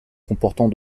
comportant